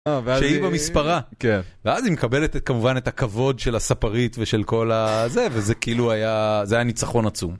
שהיא במספרה, כן, ואז היא מקבלת כמובן את הכבוד של הספרית ושל כל הזה, וזה כאילו היה, זה היה ניצחון עצום.